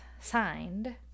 signed